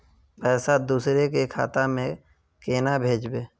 पैसा दूसरे के खाता में केना भेजबे?